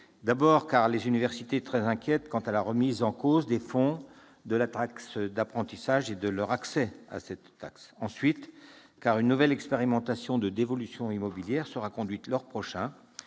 D'abord, les universités sont très inquiètes quant à la remise en cause des fonds de la taxe d'apprentissage et de leur accès à cette taxe. Ensuite, une nouvelle expérimentation de dévolution immobilière sera conduite l'an prochain.